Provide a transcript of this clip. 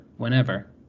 Whenever